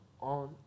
on